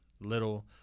little